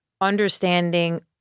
understanding